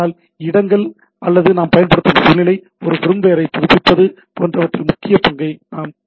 ஆனால் இடங்கள் அல்லது நாம் பயன்படுத்தும் சூழ்நிலை ஒரு ஃபார்ம்வேரைப் புதுப்பிப்பது போன்றவற்றில் முக்கிய பங்கை நாங்கள் வகிக்கிறோம்